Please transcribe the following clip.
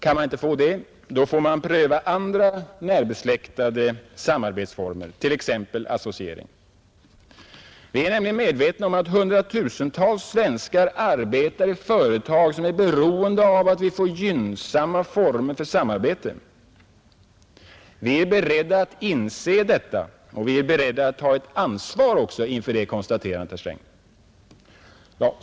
Kan vi inte få det bör man pröva andra närbesläktade samarbetsformer, t.ex. associering. Vi är nämligen medvetna om att hundratusentals svenskar arbetar i företag som är beroende av att vi får gynnsamma former för samarbete. Vi är beredda att inse detta och att ta ett ansvar inför det konstaterandet, herr Sträng.